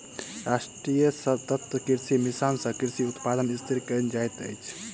राष्ट्रीय सतत कृषि मिशन सँ कृषि उत्पादन स्थिर कयल जाइत अछि